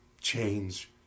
change